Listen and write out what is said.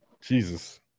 Jesus